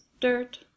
dirt